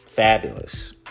Fabulous